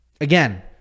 Again